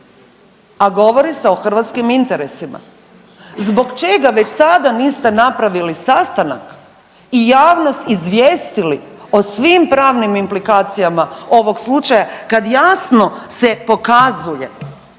a govori se o hrvatskih interesima? Zbog čega već sada niste napravili sastanak i javnost izvijestili o svim pravnim implikacijama ovog slučaja kad jasno se pokazuje